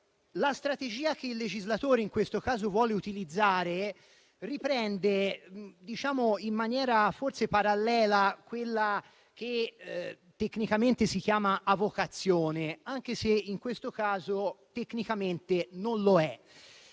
La strategia che il legislatore in questo caso vuole utilizzare riprende, in maniera forse parallela, quella che si chiama avocazione, anche se in questo caso tecnicamente non lo è.